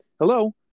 Hello